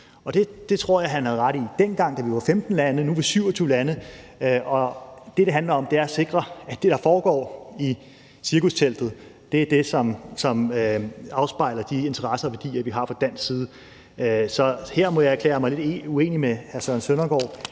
Og det tror jeg han havde ret i dengang, da vi var 15 lande. Nu er vi 27 lande, og det, det handler om, er at sikre, at det, der foregår i cirkusteltet, er det, som afspejler de interesser og værdier, vi har fra dansk side. Så her må jeg erklære mig uenig med hr. Søren Søndergaard: